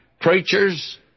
preachers